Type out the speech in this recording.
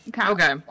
Okay